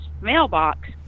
mailbox